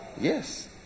Yes